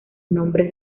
nombres